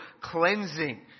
cleansing